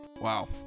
Wow